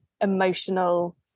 emotional